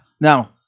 Now